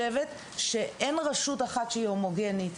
יש 275 רשויות ואני חושבת שאין רשות אחת שהיא הומוגנית,